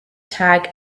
tag